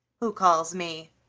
who calls me?